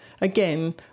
again